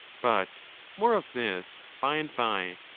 but more of this by-and-by.